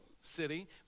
city